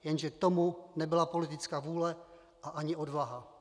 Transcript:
Jenže k tomu nebyla politická vůle a ani odvaha.